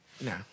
no